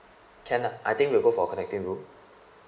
can lah I think we'll go for connecting room